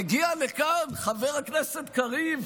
מגיע לכאן חבר הכנסת קריב